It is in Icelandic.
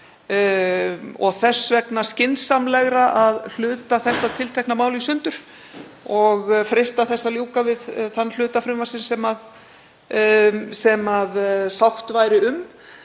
og þess vegna skynsamlegra að hluta þetta tiltekna mál í sundur og freista þess að ljúka við þann hluta frumvarpsins sem sátt væri um.